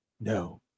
no